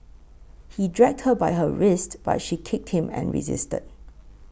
he dragged her by her wrists but she kicked him and resisted